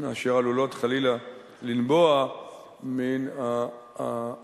שעלולות חלילה לנבוע מהאלימות